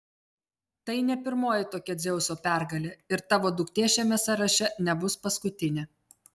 tai ne pirmoji tokia dzeuso pergalė ir tavo duktė šiame sąraše nebus paskutinė